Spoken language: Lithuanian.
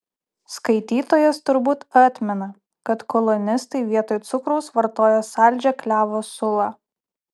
skaitytojas turbūt atmena kad kolonistai vietoj cukraus vartojo saldžią klevo sulą